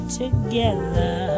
together